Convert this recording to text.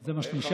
זה מה שנשאר?